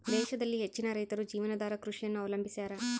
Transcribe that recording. ದೇಶದಲ್ಲಿ ಹೆಚ್ಚಿನ ರೈತರು ಜೀವನಾಧಾರ ಕೃಷಿಯನ್ನು ಅವಲಂಬಿಸ್ಯಾರ